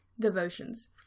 Devotions